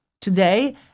today